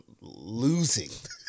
losing